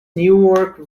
newark